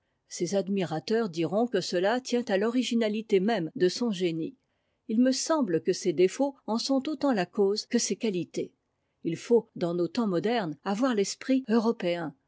ses admirateurs diront que cela tient à l'originalité même de son génie ib me semble que ses défauts en sont autant la cause que ses qualités il faut dans nos temps modernes avoir l'esprit européen